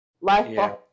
life